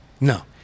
no